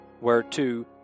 whereto